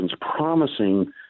promising